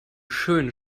schönen